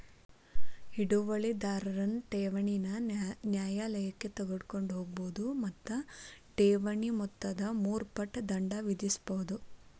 ಹಿಡುವಳಿದಾರನ್ ಠೇವಣಿನ ನ್ಯಾಯಾಲಯಕ್ಕ ತಗೊಂಡ್ ಹೋಗ್ಬೋದು ಮತ್ತ ಠೇವಣಿ ಮೊತ್ತದ ಮೂರು ಪಟ್ ದಂಡ ವಿಧಿಸ್ಬಹುದು